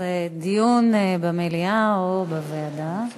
אז, דיון במליאה או בוועדה.